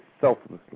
selflessly